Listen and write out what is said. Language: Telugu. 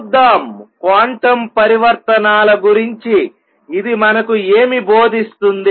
చూద్దాంక్వాంటం పరివర్తనాల గురించి ఇది మనకు ఏమి బోధిస్తుంది